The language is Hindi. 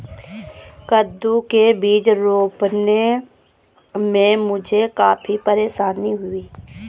कद्दू के बीज रोपने में मुझे काफी परेशानी हुई